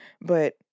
but-